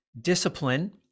discipline